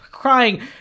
crying